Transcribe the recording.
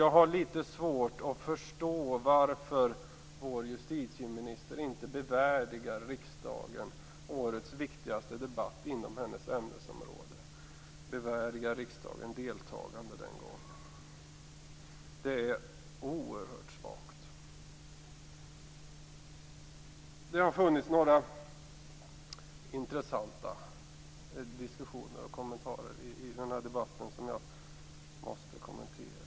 Jag har litet svårt att förstå varför vår justitieminister inte bevärdigar riksdagen med sin närvaro under årets viktigaste debatt inom hennes ämnesområde. Det är oerhört svagt. Det har förts några intressanta diskussioner och fällts några intressanta kommentarer i den här debatten som jag måste ta upp.